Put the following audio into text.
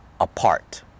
apart